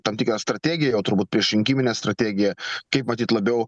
tam tikrą strategiją jau turbūt priešrinkiminė strategija kaip matyt labiau